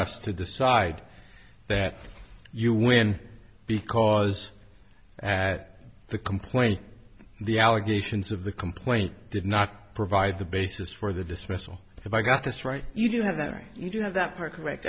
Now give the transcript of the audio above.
us to decide that you win because at the complaint the allegations of the complaint did not provide the basis for the dismissal if i got this right you do have that right you do have that part correct